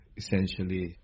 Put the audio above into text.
essentially